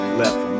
left